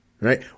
Right